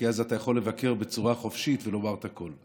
כי אז אתה יכול לבקר בצורה חופשית ולומר את הכול.